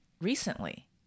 recently